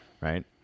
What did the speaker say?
Right